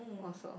also